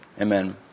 amen